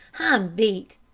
i'm beat!